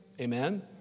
Amen